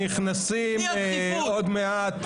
אנחנו נכנסים עוד מעט